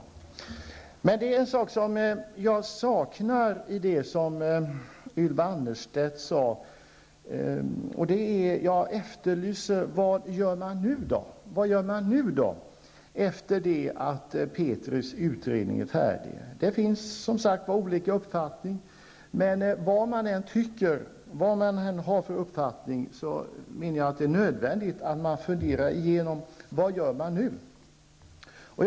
Det är emellertid en sak som jag saknar i det som Ylva Annerstedt sade, nämligen vad folkpartiet skall göra när Petris utredning är färdig. Det finns, som sagt, olika uppfattningar. Men vad man än har för uppfattning menar jag att det är nödvändigt att man funderar igenom vad som nu skall göras.